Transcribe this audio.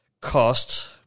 cost